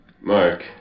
Mark